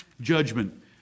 judgment